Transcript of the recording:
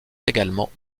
également